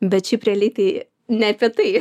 bet šiaip realiai tai ne apie tai